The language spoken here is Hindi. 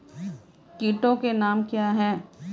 कीटों के नाम क्या हैं?